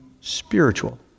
spiritual